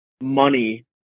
money –